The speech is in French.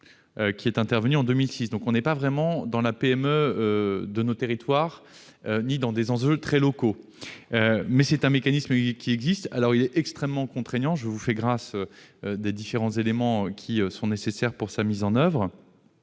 est intervenue en 2006. On n'est donc pas vraiment dans la PME de nos territoires, ni dans des enjeux très locaux. Néanmoins, ce mécanisme existe. Il est extrêmement contraignant- je vous fais grâce des différents éléments nécessaires pour sa mise en oeuvre.